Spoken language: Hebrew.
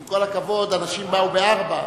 עם כל הכבוד, אנשים באו ב-16:00.